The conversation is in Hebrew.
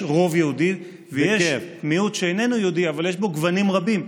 יש רוב יהודי ויש מיעוט שאיננו יהודי אבל יש בו גוונים רבים.